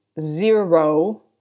zero